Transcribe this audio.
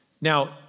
Now